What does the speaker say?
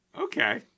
Okay